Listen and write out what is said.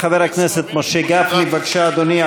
חבר הכנסת משה גפני, בבקשה, אדוני.